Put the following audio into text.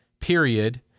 period